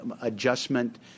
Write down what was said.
adjustment